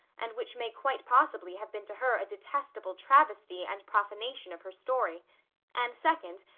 and which may quite possibly have been to her a detestable travesty and profanation of her story and second,